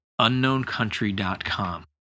unknowncountry.com